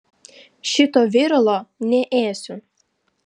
šito viralo neėsiu